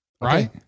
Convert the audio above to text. Right